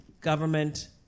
government